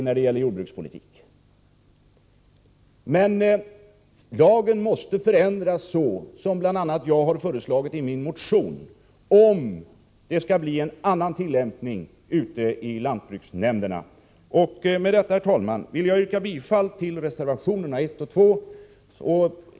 Men vi vill förändra lagen så som bl.a. jag har föreslagit i min motion och att tillämpningen i lantbruksnämnderna ändras. Med detta, herr talman, vill jag yrka bifall till reservationerna 1 och 2.